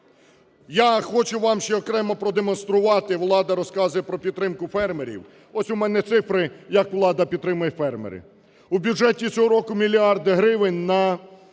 Я хочу вам ще окремо продемонструвати, влада розказує про підтримку фермерів. Ось у мене цифри, як влада підтримує фермерів. У бюджеті цього року мільярд гривень на